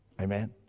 Amen